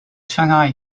shanghai